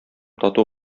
тату